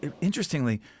Interestingly